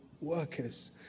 workers